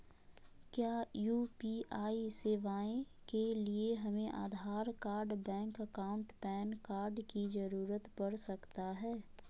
क्या यू.पी.आई सेवाएं के लिए हमें Aadhaar card bank account PAN card की जरूरत पड़ सकता है?